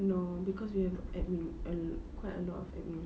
no cause we have quite a lot of admin also